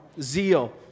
zeal